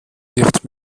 nicht